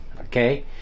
Okay